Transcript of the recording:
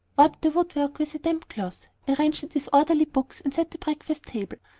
wiped the woodwork with a damp cloth, arranged the disorderly books, and set the breakfast-table.